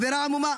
זו עבירה עמומה,